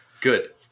good